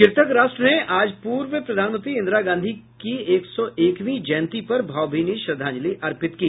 कृतज्ञ राष्ट्र ने आज पूर्व प्रधानमंत्री इंदिरा गांधी की एक सौ एकवीं जयंती पर भावभीनी श्रद्धांजलि अर्पित की